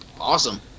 awesome